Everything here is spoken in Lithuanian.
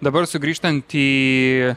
dabar sugrįžtant į